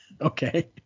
okay